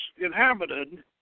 inhabited